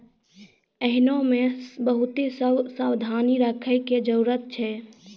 एहनो मे बहुते सभ सावधानी राखै के जरुरत छै